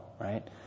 right